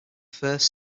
first